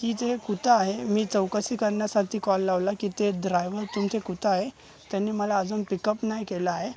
की ते कुठं आहे मी चौकशी करण्यासाठी कॉल लावला की ते द्रायवर तुमचे कुठं आहे त्यांनी मला अजून पिकअप नाही केलं आहे